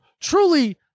truly